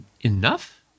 enough